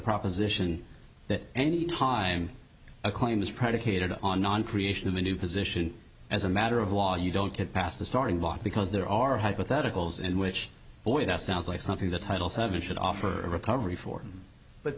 proposition that any time a claim is predicated on non creation of a new position as a matter of law you don't get past the starting block because there are hypotheticals in which boy that sounds like something that title seven should offer recovery for